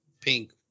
pink